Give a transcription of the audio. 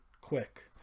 quick